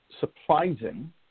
surprising